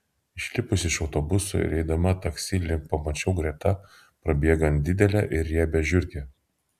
išlipusi iš autobuso ir eidama taksi link pamačiau greta prabėgant didelę ir riebią žiurkę